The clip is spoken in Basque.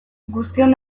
guztion